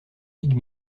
ligues